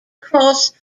cross